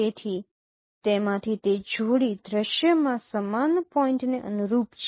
તેથી તેમાંથી તે જોડી દ્રશ્યમાં સમાન પોઈન્ટને અનુરૂપ છે